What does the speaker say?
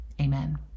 Amen